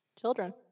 Children